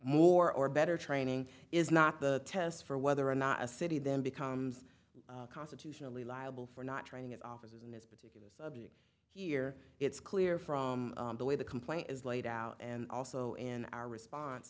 more or better training is not the test for whether or not a city then becomes constitutionally liable for not training at officers in this particular subject here it's clear from the way the complaint is laid out and also in our response